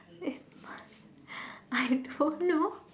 eh I don't know